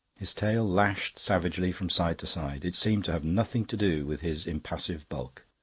his tail lashed savagely from side to side it seemed to have nothing to do with his impassive bulk.